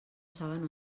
saben